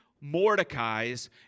Mordecai's